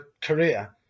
career